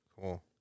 Cool